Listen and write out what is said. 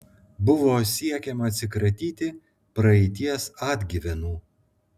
buvo siekiama atsikratyti praeities atgyvenų